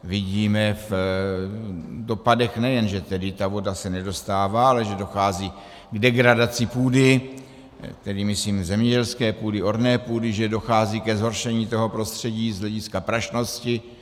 Vidíme v dopadech nejen že tedy ta voda se nedostává, ale že dochází k degradaci půdy, tedy myslím zemědělské půdy, orné půdy, že dochází ke zhoršení toho prostředí z hlediska prašnosti.